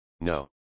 No